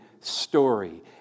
story